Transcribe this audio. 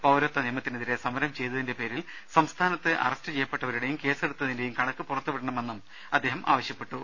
പൌരത്വനിയമത്തിനെതിരെ സമരം ചെയ്തതിന്റെ പേരിൽ സംസ്ഥാനത്ത് അറസ്റ്റ് ചെയ്യപ്പെട്ടവരുടേയും കേസെടുത്തതിന്റേയും കണക്കു പുറത്തുവിടണമെന്നും അദ്ദേഹം ആവശ്യപ്പെട്ടു